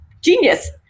genius